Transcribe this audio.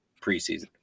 preseason